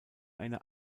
eine